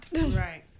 right